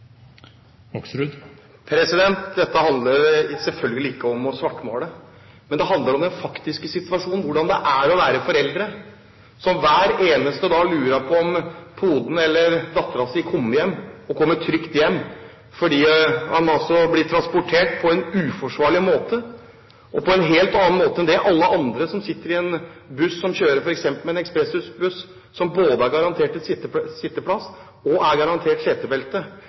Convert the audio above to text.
Dette handler selvfølgelig ikke om å svartmale, men det handler om den faktiske situasjonen. Det handler om hvordan det er å være foreldre som hver eneste dag lurer på om poden eller datteren kommer trygt hjem, fordi man blir transportert på en uforsvarlig måte, på en helt annen måte enn alle andre som reiser med buss – f.eks. en ekspressbuss – og som er garantert både sitteplass og setebelte. Det er